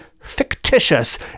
fictitious